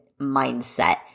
mindset